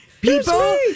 People